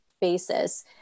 basis